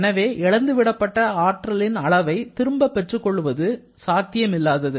எனவே இழந்து விடப்பட்ட ஆற்றலின் அளவை திரும்பப் பெற்றுக் கொள்வது சாத்தியம் இல்லாது